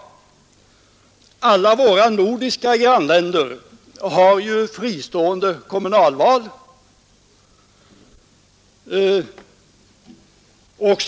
Samtliga våra nordiska grannländer har fristående kommunalval med bra valdeltagande.